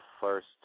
first